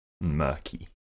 murky